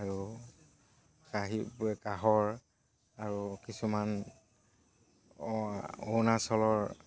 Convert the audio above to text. আৰু কাঁহী কাঁহৰ আৰু কিছুমান অৰুণাচলৰ